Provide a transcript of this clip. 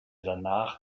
danach